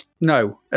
No